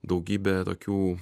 daugybę tokių